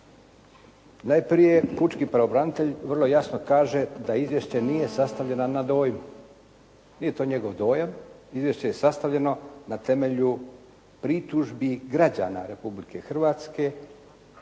Najprije pučki pravobranitelj vrlo jasno kaže da izvješće nije sastavljeno na dojmu. Nije to njegov dojam. Izvješće je sastavljeno na temelju pritužbi građana Republike Hrvatske